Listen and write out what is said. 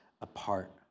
apart